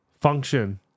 function